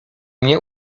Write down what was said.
nie